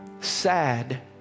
sad